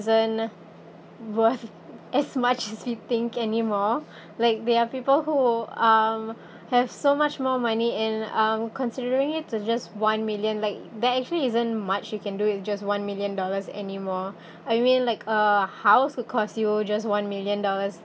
isn't worth as much as we think anymore like they are people who um have so much more money and um considering it to just one million like they actually isn't much you can do with just one million dollars anymore I mean like a house would cost you just one million dollars